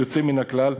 יוצא מן הכלל,